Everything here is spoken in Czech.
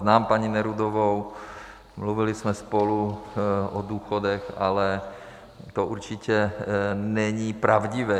Znám paní Nerudovou, mluvili jsme spolu o důchodech, ale to určitě není pravdivé.